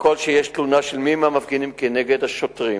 ככל שיש תלונה של מי מהמפגינים כנגד השוטרים